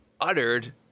uttered